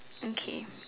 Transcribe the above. okay